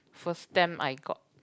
first stamp I got